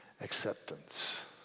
acceptance